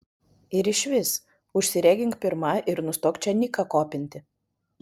ir išvis užsiregink pirma ir nustok čia niką kopinti